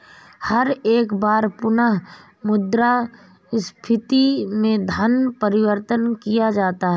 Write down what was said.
हर एक बार पुनः मुद्रा स्फीती में धन परिवर्तन किया जाता है